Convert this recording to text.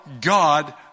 God